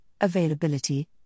availability